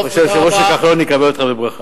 אני חושב שמשה כחלון יקבל אותך בברכה.